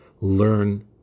learn